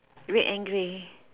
red and grey